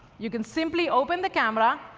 you can simply open the camera,